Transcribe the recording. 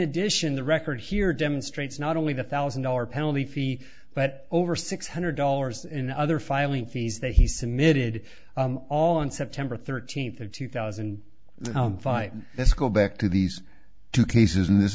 addition the record here demonstrates not only the thousand dollar penalty fee but over six hundred dollars in other filing fees that he submitted all on september thirteenth of two thousand and five let's go back to these two cases and this